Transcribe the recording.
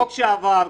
בחוק שעבר,